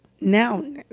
now